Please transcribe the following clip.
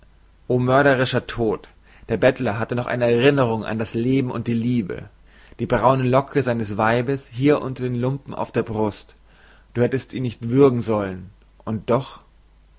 o mörderischer tod der bettler hatte noch eine erinnerung an das leben und die liebe die braune locke seines weibes hier unter den lumpen auf der brust du hättest ihn nicht würgen sollen und doch